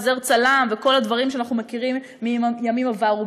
ועוזר הצלם וכל הדברים שאנחנו מכירים מימים עברו,